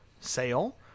sale